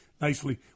nicely